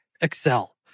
Excel